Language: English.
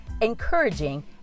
encouraging